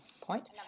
point